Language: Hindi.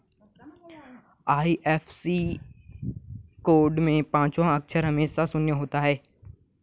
आई.एफ.एस.सी कोड में पांचवा अक्षर हमेशा शून्य होता है